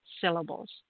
syllables